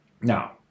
Now